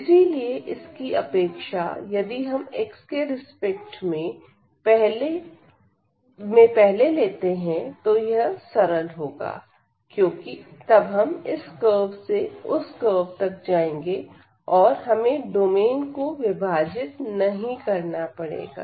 इसीलिए इसकी अपेक्षा यदि हम पहले x के रिस्पेक्ट में लेते हैं तो यह सरल होगा क्योंकि तब हम इस कर्व से उस कर्व तक जाएंगे और हमेंडोमेन को विभाजित नहीं करना पड़ेगा